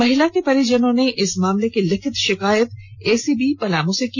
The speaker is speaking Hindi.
महिला के परिजनों ने इस मामले की लिखित शिकायत एसीबी पलामू से की